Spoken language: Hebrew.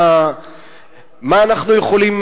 מה אנחנו יכולים,